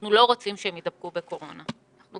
אנחנו לא רוצים שהם יידבקו בקורונה ואנחנו